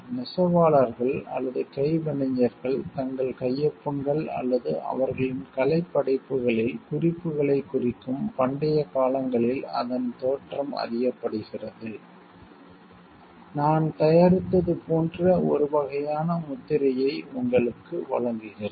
நெசவாளர்கள் அல்லது கைவினைஞர்கள் தங்கள் கையொப்பங்கள் அல்லது அவர்களின் கலைப் படைப்புகளில் குறிப்புகளைக் குறிக்கும் பண்டைய காலங்களில் அதன் தோற்றம் அறியப்படுகிறது நான் தயாரித்தது போன்ற ஒரு வகையான முத்திரையை உங்களுக்கு வழங்குகிறது